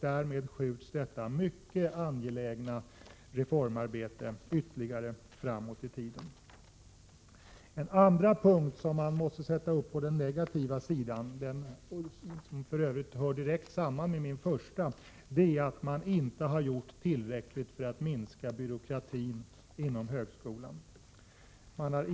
Därmed skjuts detta mycket angelägna reformarbete ytterligare framåt i tiden. En andra punkt som måste sättas upp på den negativa sidan är att man inte har gjort tillräckligt för att minska byråkratin inom högskolan. Detta hör för Övrigt direkt samman med den första punkten. Man hart.ex.